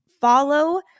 follow